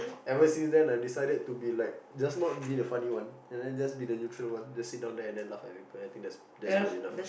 ever since then I've decided to be like just not be like the funny and then just be the neutral one just sit down there and then laugh at people and I think that's that's good enough lah